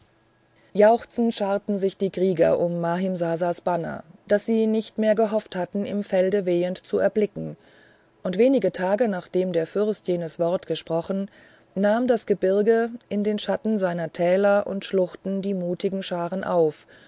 jauchzend scharten sich die krieger um mahimsasas banner das sie nicht mehr gehofft hatten im felde wehend zu erblicken und wenige tage nachdem der fürst jenes wort gesprochen nahm das gebirge in den schatten seiner täler und schluchten die mutigen scharen auf